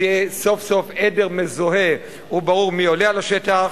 שיהיה סוף-סוף עדר מזוהה ויהיה ברור מי עולה על השטח,